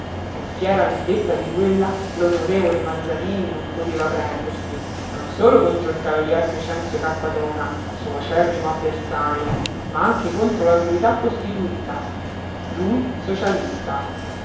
piú fiera vendetta di quella l'on mazzarini non poteva prendersi non solo contro il cavalier decenzio cappadona suo acerrimo avversario ma anche contro l'autorità costituita lui socialista